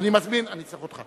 אין מתנגדים, אין נמנעים.